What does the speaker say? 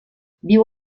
viu